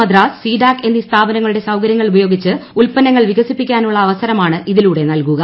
Madras C DAC എന്നീ സ്ഥാപനങ്ങളുടെ സൌകരൃങ്ങൾ ഉപയോഗിച്ച് ഉത്പന്നങ്ങൾ വികസിപ്പിക്കാനുള്ള അവസരമാണ് ഇതിലൂടെ നൽകുക